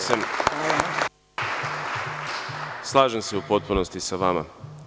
Slažem se u potpunosti sa vama.